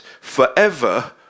forever